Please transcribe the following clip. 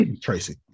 Tracy